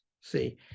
see